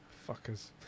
Fuckers